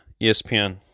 ESPN